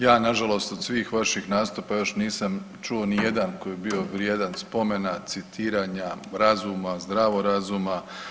Ja na žalost od svih vaših nastupa još nisam čuo ni jedan koji bi bio vrijedan spomena, citiranja razuma, zdravog razuma.